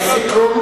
לסיכום,